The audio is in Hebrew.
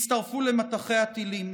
שהצטרפו למטחי הטילים.